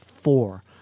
four